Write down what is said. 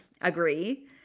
agree